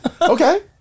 Okay